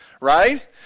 Right